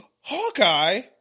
Hawkeye